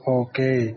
okay